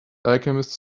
alchemists